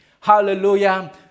Hallelujah